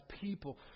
people